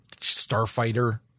Starfighter